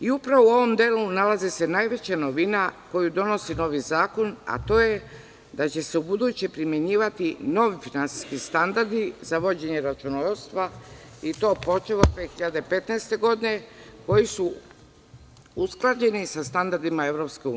U ovom delu nalazi se najveća novina koju donosi novi zakon, a to je da će se ubuduće primenjivati novi finansijski standardi za vođenje računovodstva, i to počev od 2015. godine, koji su usklađeni sa standardima EU.